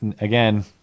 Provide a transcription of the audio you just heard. Again